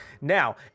now